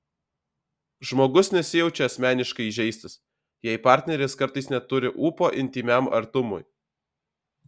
žmogus nesijaučia asmeniškai įžeistas jei partneris kartais neturi ūpo intymiam artumui